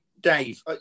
Dave